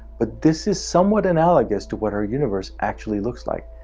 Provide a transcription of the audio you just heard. but this is somewhat analogous to what our universe actually looks like,